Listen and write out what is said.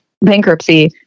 bankruptcy